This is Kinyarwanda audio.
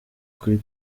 kuri